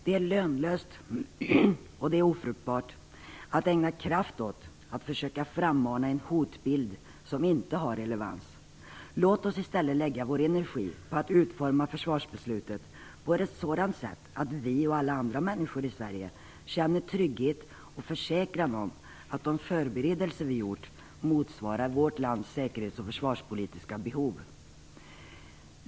Det är lönlöst och ofruktbart att ägna kraft åt att försöka frammana en hotbild som inte har relevans. Låt oss i stället lägga vår energi på att utforma försvarsbeslutet på ett sådant sätt att vi och alla människor i Sverige känner trygghet och är försäkrade om att de förberedelser som gjorts motsvarar vårt lands säkerhets och försvarspolitiska behov.